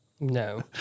No